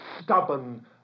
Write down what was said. stubborn